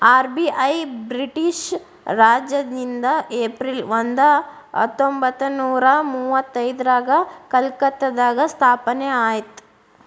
RBI British ರಾಜನಿಂದ April ಒಂದ ಹತ್ತೊಂಬತ್ತನೂರ ಮುವತ್ತೈದ್ರಾಗ ಕಲ್ಕತ್ತಾದಾಗ ಸ್ಥಾಪನೆ ಆಯ್ತ್